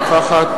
נוכחת